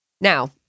Now